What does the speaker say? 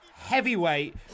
heavyweight